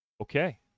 okay